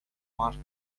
market